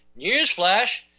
Newsflash